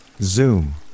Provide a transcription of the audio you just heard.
Zoom